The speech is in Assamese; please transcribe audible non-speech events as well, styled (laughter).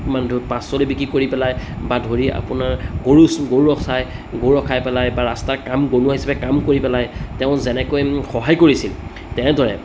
(unintelligible) পাচলি বিক্ৰী কৰি পেলাই বা ধৰি আপোনাৰ গৰু গৰু ৰখাই গৰু ৰখাই পেলাই বা ৰাস্তাৰ কাম বনুৱা হিচাপে কাম কৰি পেলাই তেওঁ যেনেকৈ সহায় কৰিছিল তেনেদৰে